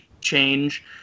change